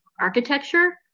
architecture